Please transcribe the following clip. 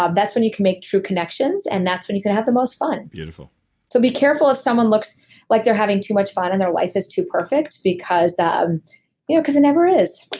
um that's when you can make true connections and that's when you can have the most fun beautiful so be careful if someone looks like they're having too much fun and their life is too perfect because um it it never is.